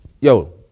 yo